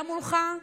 גם מולך,